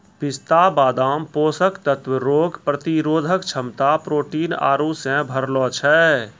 पिस्ता बादाम पोषक तत्व रोग प्रतिरोधक क्षमता प्रोटीन आरु से भरलो छै